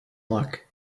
luck